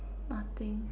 nothing